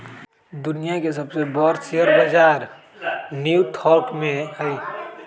दुनिया के सबसे बर शेयर बजार न्यू यॉर्क में हई